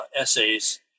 essays